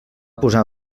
posar